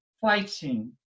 fighting